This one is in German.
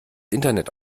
internet